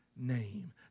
Name